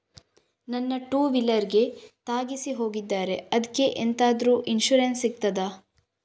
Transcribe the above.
ನನ್ನ ಟೂವೀಲರ್ ಗೆ ತಾಗಿಸಿ ಹೋಗಿದ್ದಾರೆ ಅದ್ಕೆ ಎಂತಾದ್ರು ಇನ್ಸೂರೆನ್ಸ್ ಸಿಗ್ತದ?